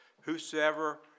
whosoever